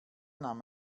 nahm